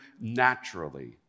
naturally